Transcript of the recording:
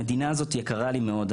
המדינה הזאת יקרה לי מאוד,